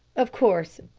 of course,